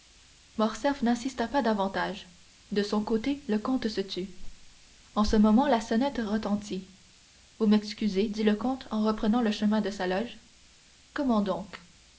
morcerf n'insista pas davantage de son côté le comte se tut en ce moment la sonnette retentit vous m'excusez dit le comte en reprenant le chemin de sa loge comment donc